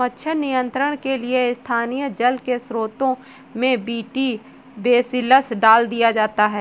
मच्छर नियंत्रण के लिए स्थानीय जल के स्त्रोतों में बी.टी बेसिलस डाल दिया जाता है